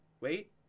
wait